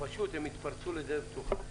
פשוט הם התפרצו לדלת פתוחה.